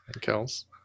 Kells